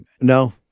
No